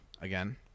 Again